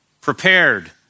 prepared